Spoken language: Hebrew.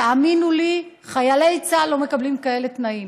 תאמינו לי, חיילי צה"ל לא מקבלים כאלה תנאים.